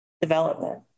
development